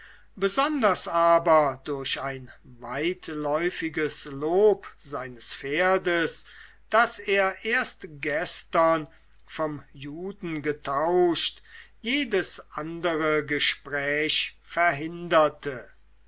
besonders aber durch ein weitläufiges lob seines pferdes das er erst gestern vom juden getauscht jedes andere gespräch verhinderte